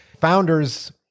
Founders